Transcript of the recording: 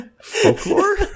Folklore